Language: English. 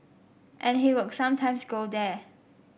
and he would sometimes go there